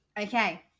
Okay